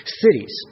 cities